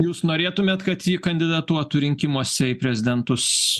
jūs norėtumėt kad ji kandidatuotų rinkimuose į prezidentus